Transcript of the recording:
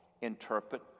interpret